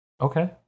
okay